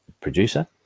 producer